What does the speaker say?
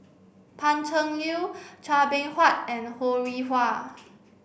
Pan Cheng Lui Chua Beng Huat and Ho Rih Hwa